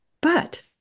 but-